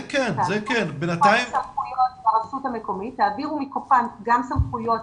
תעבירו לרשות המקומית גם סמכויות